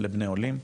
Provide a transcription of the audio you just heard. לבני עולים,